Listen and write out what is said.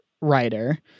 writer